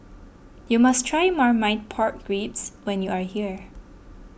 you must try Marmite Pork Ribs when you are here